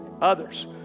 Others